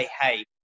hey